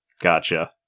Gotcha